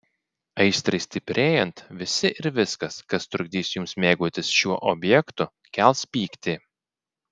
aistrai stiprėjant visi ir viskas kas trukdys jums mėgautis šiuo objektu kels pyktį